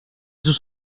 sus